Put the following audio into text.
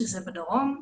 שזה בדרום.